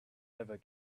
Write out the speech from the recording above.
ever